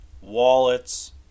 wallets